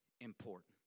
important